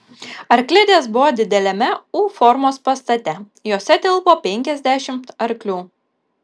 arklidės buvo dideliame u formos pastate jose tilpo penkiasdešimt arklių